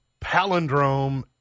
palindrome